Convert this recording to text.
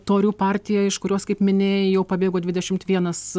torių partija iš kurios kaip minėjai jau pabėgo dvidešim vienas